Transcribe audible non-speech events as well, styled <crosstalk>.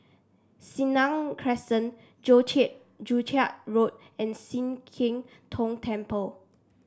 Senang Crescent Joo <unintelligible> Joo Chiat Road and Sian Keng Tong Temple